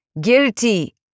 Guilty